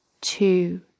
Two